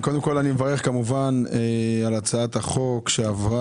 קודם כל אני מברך כמובן על הצעת החוק שעברה